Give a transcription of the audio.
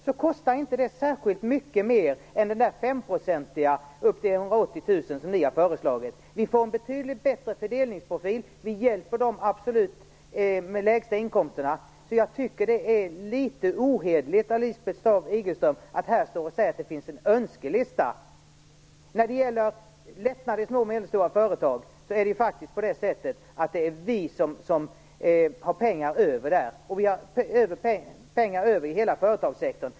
Det kostar inte särskilt mycket mer än ert femprocentsförslag upp till 180 000.